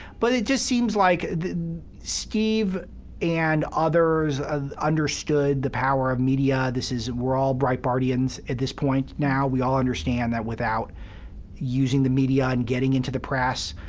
but it just seems like steve and others understood the power of media. this is we're all breitbartians at this point now. we all understand that without using the media and getting into the press,